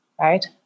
right